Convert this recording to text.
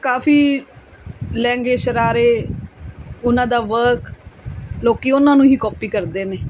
ਕਾਫੀ ਲਹਿੰਗੇ ਸ਼ਰਾਰੇ ਉਹਨਾਂ ਦਾ ਵਰਕ ਲੋਕ ਉਹਨਾਂ ਨੂੰ ਹੀ ਕਾਪੀ ਕਰਦੇ ਨੇ